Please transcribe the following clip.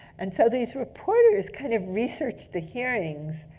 and so these reporters kind of researched the hearings,